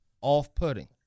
off-putting